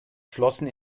flossen